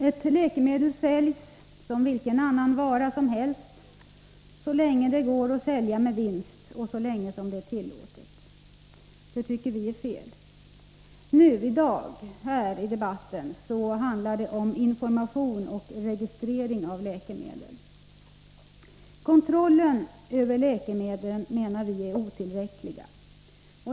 Ett läkemedel säljs som vilken annan vara som helst, så länge det går att sälja med vinst och så länge det är tillåtet. Det tycker vi är fel. I dag gäller debatten information om och registrering av läkemedel. Kontrollen över läkemedlen är enligt vår mening otillräcklig.